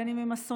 בין שעם אסונות,